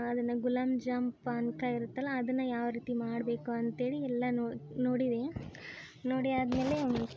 ಅದನ್ನು ಗುಲಾಬ್ ಜಾಮ್ ಪಾಕ ಇರುತ್ತಲ್ಲ ಅದನ್ನು ಯಾವ ರೀತಿ ಮಾಡಬೇಕು ಅಂತೇಳಿ ಎಲ್ಲ ನೋಡಿದೆ ನೋಡಿ ಆದಮೇಲೆ